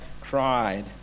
cried